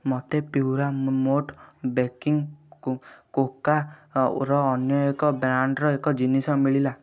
ମୋତେ ପ୍ୟୁରାମେଟ୍ ବେକିଂ କୋ କୋକୋର ଅନ୍ୟ ଏକ ବ୍ରାଣ୍ଡ୍ର ଏକ ଜିନିଷ ମିଳିଲା